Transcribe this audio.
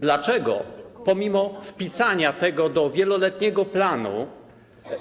Dlaczego pomimo wpisania tego do wieloletniego planu